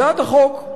הצעת החוק,